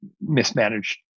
mismanaged